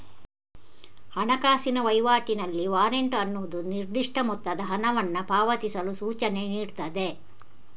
ಹಣಕಾಸಿನ ವೈವಾಟಿನಲ್ಲಿ ವಾರೆಂಟ್ ಅನ್ನುದು ನಿರ್ದಿಷ್ಟ ಮೊತ್ತದ ಹಣವನ್ನ ಪಾವತಿಸಲು ಸೂಚನೆ ನೀಡ್ತದೆ